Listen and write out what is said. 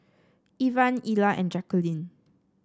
Ivan Ilah and Jaqueline